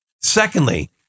Secondly